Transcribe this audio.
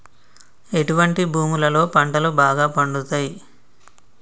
ఎటువంటి భూములలో పంటలు బాగా పండుతయ్?